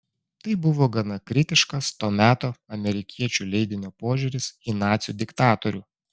tai buvo gana kritiškas to meto amerikiečių leidinio požiūris į nacių diktatorių